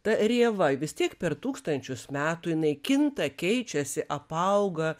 ta rieva vis tiek per tūkstančius metų jinai kinta keičiasi apauga